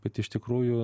bet iš tikrųjų